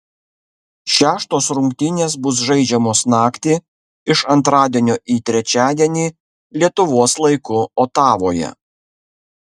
šeštos rungtynės bus žaidžiamos naktį iš antradienio į trečiadienį lietuvos laiku otavoje